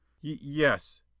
Yes